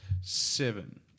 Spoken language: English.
seven